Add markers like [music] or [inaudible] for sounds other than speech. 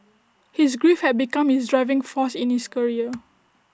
his grief had become his driving force in his career [noise]